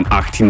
18